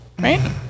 Right